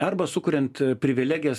arba sukuriant privilegijas